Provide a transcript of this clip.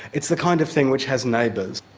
it's the kind of thing which has neighbours,